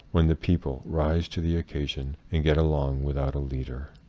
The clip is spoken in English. when the people rise to the occasion and get along without a leader.